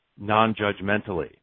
non-judgmentally